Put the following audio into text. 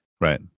Right